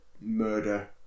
murder